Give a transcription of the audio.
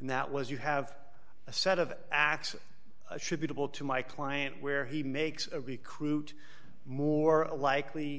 and that was you have a set of x should be able to my client where he makes a recruit more likely